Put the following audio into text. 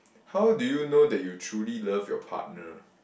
how do you know that you truly love your partner